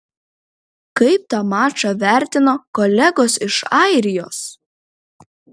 kaip tą mačą vertino kolegos iš airijos